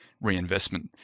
reinvestment